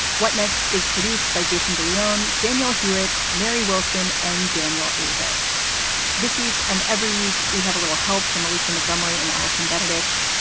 what next is produced by jason de leon, daniel hewitt, mary wilson and daniel eavis this week and every week we have a little help from alicia montgomery and allison benedict.